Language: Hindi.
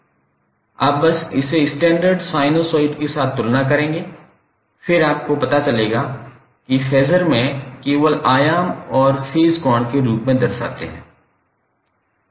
आप बस इसे स्टैण्डर्ड साइनसॉइड के साथ तुलना करेंगे फिर आपको पता चलेगा कि फेसर में केवल आयाम और फेज कोण के रूप में दर्शाते है